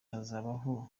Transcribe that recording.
hazabaho